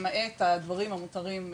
למעט הדברים המותרים,